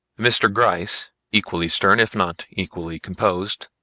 mr. gryce equally stern, if not equally composed,